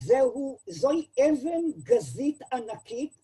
זוהי אבן גזית ענקית